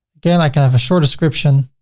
again, i can have a short description.